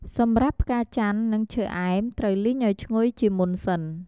សម្រាប់ផ្កាចាន់ នឹងឈើអែមត្រូវលីងអោយឈ្ងុយជាមុនសិន។